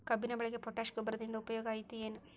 ಕಬ್ಬಿನ ಬೆಳೆಗೆ ಪೋಟ್ಯಾಶ ಗೊಬ್ಬರದಿಂದ ಉಪಯೋಗ ಐತಿ ಏನ್?